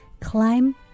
climb